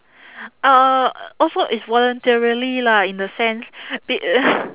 uh also is voluntarily lah in the sense be~ uh